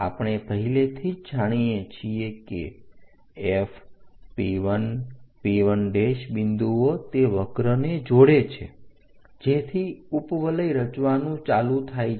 આપણે પહેલેથી જ જાણીએ છીએ કે F P 1 P 1 બિંદુઓ તે વક્રને જોડે છે જેથી ઉપવલય રચવાનું ચાલુ થાય છે